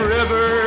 River